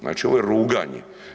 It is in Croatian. Znači, ovo je ruganje.